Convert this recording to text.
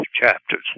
chapters